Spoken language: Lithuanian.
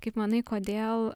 kaip manai kodėl